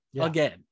again